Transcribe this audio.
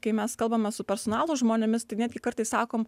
kai mes kalbame su personalo žmonėmis tai netgi kartais sakom